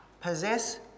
possess